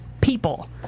people